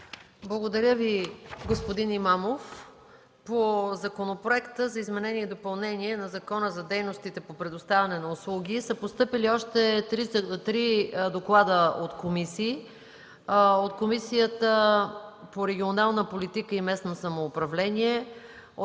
Благодаря Ви, господин Имамов. По Законопроекта за изменение и допълнение на Закона за дейностите по предоставяне на услуги са постъпили още три доклада от комисии – от Комисията по регионална политика и местно самоуправление, Комисията по транспорт, информационни